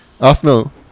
Arsenal